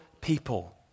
people